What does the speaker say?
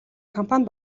компани